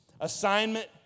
Assignment